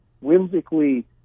whimsically